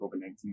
COVID-19